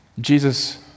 Jesus